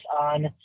on